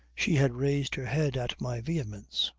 she had raised her head at my vehemence.